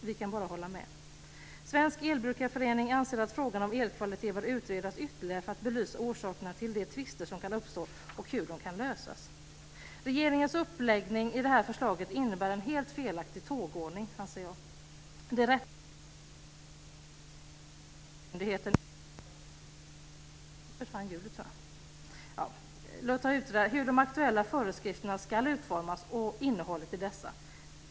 Vi kan bara hålla med. Svensk Elbrukarförening anser att frågan om elkvalitet bör utredas ytterligare för att belysa orsakerna till de tvister som kan uppstå och hur de kan lösas. Regeringens uppläggning i det här förslaget innebär en helt felaktig tågordning, anser jag. Det rätta hade varit att först låta Energimyndigheten utreda hur de aktuella föreskrifterna ska utformas och innehållet i dessa.